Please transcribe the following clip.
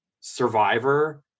Survivor